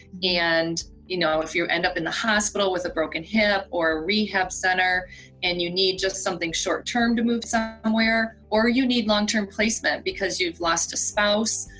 and you know, if you end up in the hospital with a broken hip or a rehab center and you need just something short term to move so somewhere, or you need long term placement because you've lost a spouse,